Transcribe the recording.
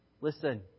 Listen